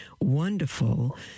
wonderful